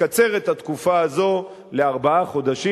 לקצר את התקופה הזאת לארבעה חודשים,